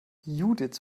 judiths